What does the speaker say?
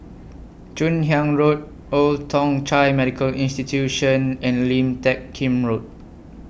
Joon Hiang Road Old Thong Chai Medical Institution and Lim Teck Kim Road